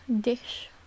dish